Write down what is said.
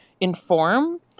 inform